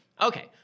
Okay